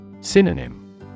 Synonym